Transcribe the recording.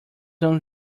one